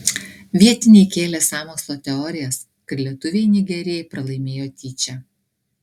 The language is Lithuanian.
vietiniai kėlė sąmokslo teorijas kad lietuviai nigerijai pralaimėjo tyčia